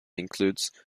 includes